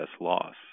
loss